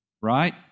Right